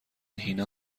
هینا